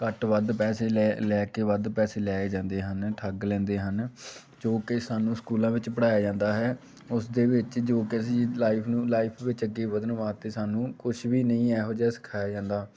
ਘੱਟ ਵੱਧ ਪੈਸੇ ਲੈ ਲੈ ਕੇ ਵੱਧ ਪੈਸੇ ਲੈ ਜਾਂਦੇ ਹਨ ਠੱਗ ਲੈਂਦੇ ਹਨ ਜੋ ਕਿ ਸਾਨੂੰ ਸਕੂਲਾਂ ਵਿੱਚ ਪੜ੍ਹਾਇਆ ਜਾਂਦਾ ਹੈ ਉਸ ਦੇ ਵਿੱਚ ਜੋ ਤਰਜੀਹ ਲਾਈਫ ਨੂੰ ਲਾਈਫ ਵਿੱਚ ਅੱਗੇ ਵਧਣ ਵਾਸਤੇ ਸਾਨੂੰ ਕੁਛ ਵੀ ਨਹੀਂ ਇਹੋ ਜਿਹਾ ਸਿਖਾਇਆ ਜਾਂਦਾ